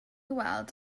weld